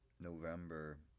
November